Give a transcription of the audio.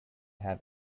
have